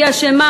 היא אשמה,